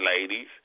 ladies